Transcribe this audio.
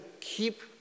keep